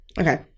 Okay